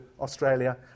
Australia